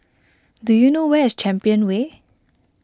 do you know where is Champion Way